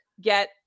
get